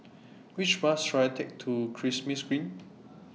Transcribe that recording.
Which Bus should I Take to Green